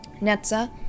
Netza